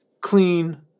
Clean